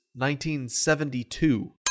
1972